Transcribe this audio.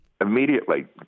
Immediately